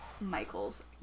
Michael's